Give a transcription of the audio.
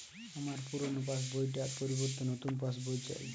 আমার পুরানো পাশ বই টার পরিবর্তে নতুন পাশ বই চাই